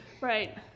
Right